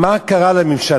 מה קרה לממשלה,